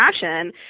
passion